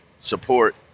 support